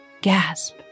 Gasp